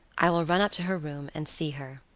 i will run up to her room and see her.